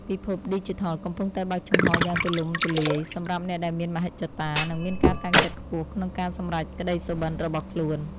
ពិភពឌីជីថលកំពុងតែបើកចំហរយ៉ាងទូលំទូលាយសម្រាប់អ្នកដែលមានមហិច្ឆតា និងមានការតាំងចិត្តខ្ពស់ក្នុងការសម្រេចក្តីសុបិនរបស់ខ្លួន។